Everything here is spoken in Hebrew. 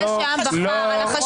מי שהגן על הציבור ועל ההליך התקין ועל